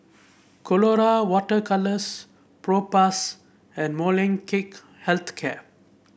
Colora Water Colours Propass and Molnylcke Health Care